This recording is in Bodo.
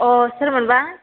अ' सोरमोनबा